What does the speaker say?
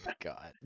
God